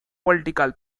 political